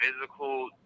physical